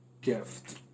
Gift